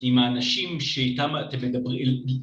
עם האנשים שאיתם אתם מדברים.